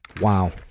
Wow